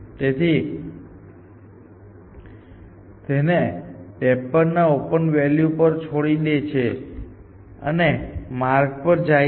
તેથી તે તેને 53 ના ઓપન વેલ્યુ પર છોડી દે છે અને માર્ગ પર જાય છે